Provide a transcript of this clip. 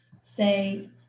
say